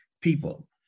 people